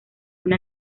una